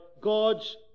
God's